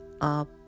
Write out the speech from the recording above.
up